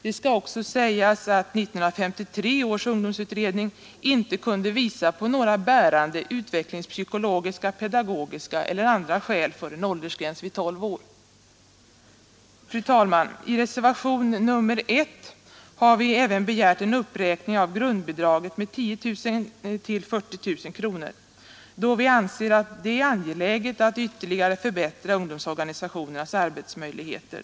Det skall också sägas att 1953 års ungdomsutredning inte kunde visa på några bärande utvecklingspsykologiska, pedagogiska eller andra skäl för en åldersgräns just vid 12 år. Fru talman! I reservationen 1 har vi även begärt en uppräkning av grundbidraget med 10 000 kronor till 40 000 kronor, då vi anser det angeläget att ytterligare förbättra ungdomsorganisationernas arbetsmöjligheter.